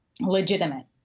legitimate